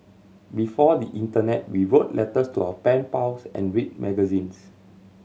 before the internet we wrote letters to our pen pals and read magazines